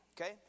Okay